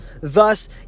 Thus